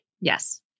Yes